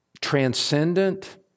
transcendent